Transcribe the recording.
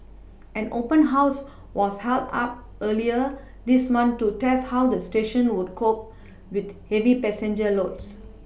an open house was also hard up earlier this month to test how the stations would cope with heavy passenger loads